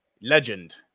Legend